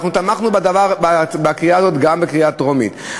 אנחנו תמכנו בהצעה הזאת גם בקריאה טרומית,